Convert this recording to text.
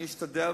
אני אשתדל,